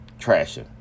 Trashing